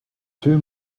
two